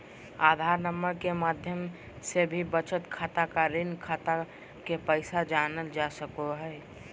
आधार number के माध्यम से भी बचत खाता या ऋण खाता के पैसा जानल जा सको हय